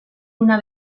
una